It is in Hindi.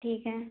ठीक है